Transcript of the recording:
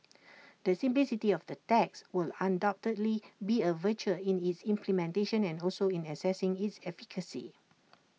the simplicity of the tax will undoubtedly be A virtue in its implementation and also in assessing its efficacy